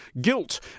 guilt